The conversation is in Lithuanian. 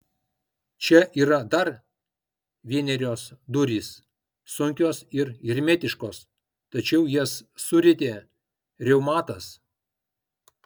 čia yra dar vienerios durys sunkios ir hermetiškos tačiau jas surietė reumatas